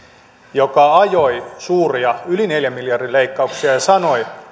joka ajoi suuria yli neljän miljardin leikkauksia ja sanoi